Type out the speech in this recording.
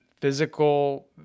physical